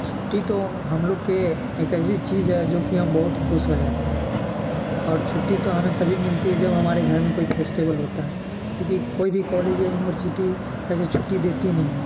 छुट्टी तो हम लोग के एक ऐसी चीज है जो कि हम बहुत खुश हो जाते है और छुट्टी तो हमें तभी मिलती है जब हमारे घर में कोई फेस्टिवल होता है क्योंकि कोई भी कॉलेज या यूनिवर्सिटी ऐसे छुट्टी देती नहीं है